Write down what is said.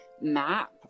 map